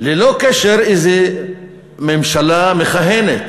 ללא קשר איזו ממשלה מכהנת.